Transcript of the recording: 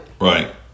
Right